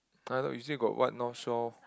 uh I thought you say got what North Shore